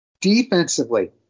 Defensively